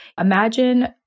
imagine